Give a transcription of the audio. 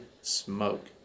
smoke